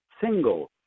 single